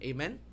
Amen